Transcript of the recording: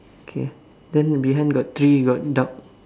okay then behind got three got dog